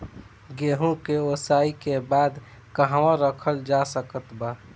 गेहूँ के ओसाई के बाद कहवा रखल जा सकत बा?